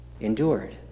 endured